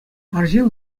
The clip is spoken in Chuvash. арҫын